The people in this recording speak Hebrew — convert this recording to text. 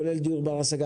כולל דיור בר השגה.